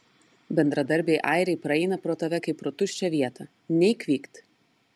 bendradarbiai airiai praeina pro tave kaip pro tuščią vietą nei kvykt